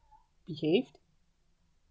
behaved